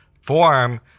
form